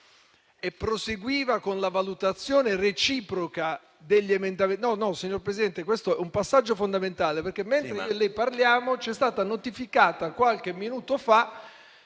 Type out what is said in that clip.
e proseguiva con la valutazione reciproca degli emendamenti.